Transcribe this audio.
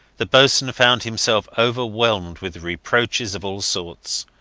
the boatswain found himself overwhelmed with reproaches of all sorts.